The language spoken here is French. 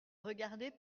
regarder